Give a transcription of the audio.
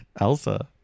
Elsa